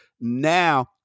Now